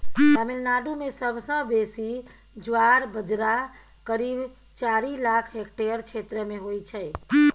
तमिलनाडु मे सबसँ बेसी ज्वार बजरा करीब चारि लाख हेक्टेयर क्षेत्र मे होइ छै